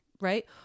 right